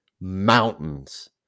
mountains